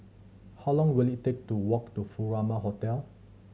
how long will it take to walk to Furama Hotel